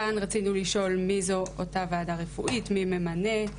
כאן רצינו לשאול מי זו אותה ועדה רפואית, מי ממנה,